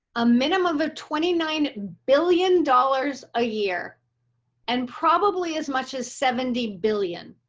a minimum of of twenty nine billion dollars a year and probably as much as seventy billion.